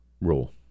rule